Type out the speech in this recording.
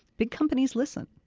big companies listen